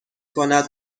کند